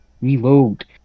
Reload